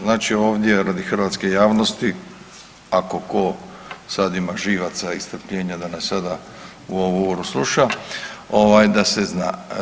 Znači ovdje radi hrvatske javnosti ako tko sad ima živaca i strpljenja da nas sada u ovu uru sluša ovaj da se zna.